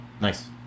nice